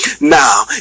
now